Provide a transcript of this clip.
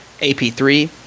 ap3